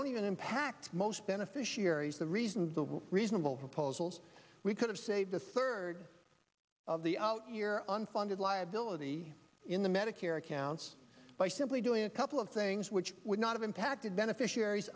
don't even impact most beneficiaries the real the reasonable proposals we could have saved a third of the out year unfunded liability in the medicare accounts by simply doing a couple of things which would not have impacted beneficiaries